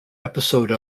episode